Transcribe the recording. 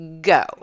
go